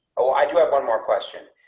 oh, i do have one more question,